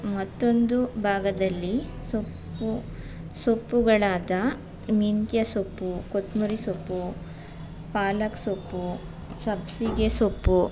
ಮತ್ತೊಂದು ಭಾಗದಲ್ಲಿ ಸೊಪ್ಪು ಸೊಪ್ಪುಗಳಾದ ಮೆಂತ್ಯ ಸೊಪ್ಪು ಕೊತ್ತಂಬರಿ ಸೊಪ್ಪು ಪಾಲಕ್ ಸೊಪ್ಪು ಸಬ್ಬಸಿಗೆ ಸೊಪ್ಪು